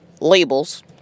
labels